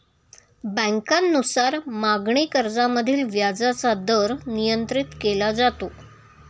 बँकांनुसार मागणी कर्जामधील व्याजाचा दर नियंत्रित केला जातो